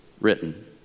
written